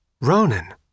Ronan